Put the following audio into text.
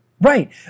Right